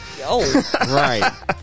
right